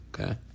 okay